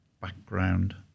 background